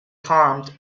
harmed